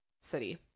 city